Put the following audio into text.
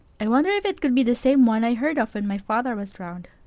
i wonder if it could be the same one i heard of when my father was drowned?